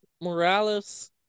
Morales